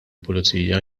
pulizija